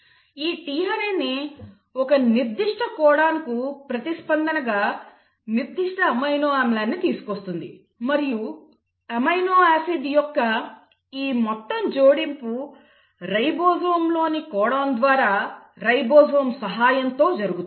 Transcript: ఈ tRNA ఒక నిర్దిష్ట కోడాన్కు ప్రతిస్పందనగా నిర్దిష్ట అమైనో ఆసిడ్ ని తీసుకువస్తుంది మరియు అమైనో ఆసిడ్ యొక్క ఈ మొత్తం జోడింపు రైబోజోమ్లోని కోడాన్ ద్వారా రైబోజోమ్ సహాయంతో జరుగుతుంది